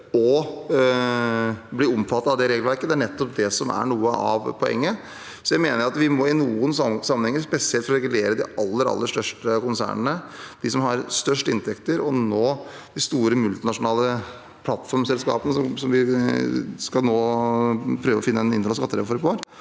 å bli omfattet av det regelverket. Det er nettopp det som er noe av poenget. Jeg mener dette i noen sammenhenger – spesielt for å regulere de aller, aller største konsernene, de som har størst inntekter, og for å nå de store, multinasjonale plattformselskapene, som vi skal prøve å finne en internasjonal skattereform for